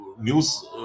news